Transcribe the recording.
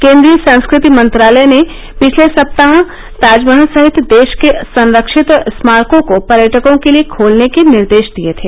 केन्द्रीय संस्कृति मंत्रालय ने पिछले सप्ताह ताजमहल सहित देश के संरक्षित स्मारकों को पर्यटकों के लिए खोलने के निर्देश दिए थे